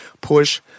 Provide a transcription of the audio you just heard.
push